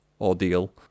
ordeal